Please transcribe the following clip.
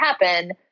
happen